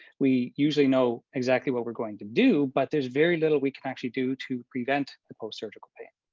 we usually know exactly what we're going to do, but there's very little we can actually do to prevent the post-surgical pain.